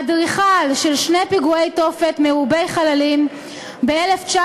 אדריכל של שני פיגועי תופת מרובי חללים ב-1994,